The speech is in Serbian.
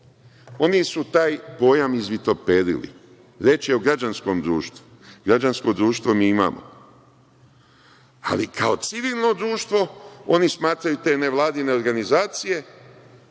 Oni su taj pojam izvitoperili. Reč je o građanskom društvu. Građansko društvo mi imamo, ali kao civilno društvo oni smatraju te nevladine organizacije,